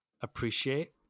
appreciate